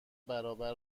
برابر